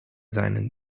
seinen